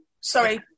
sorry